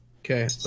Okay